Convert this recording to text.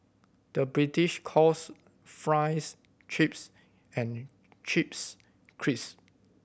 the British calls fries chips and chips crisp